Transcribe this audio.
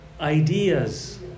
ideas